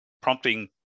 prompting